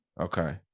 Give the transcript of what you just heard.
Okay